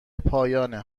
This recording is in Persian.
پایانه